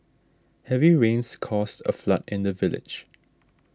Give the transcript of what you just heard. heavy rains caused a flood in the village